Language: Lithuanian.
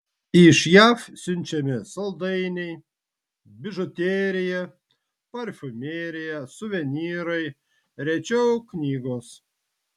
iš jav siunčiami saldainiai bižuterija parfumerija suvenyrai rečiau knygos